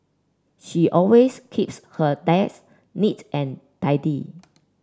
she always keeps her desk neat and tidy